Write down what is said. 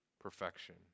perfection